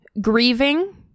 grieving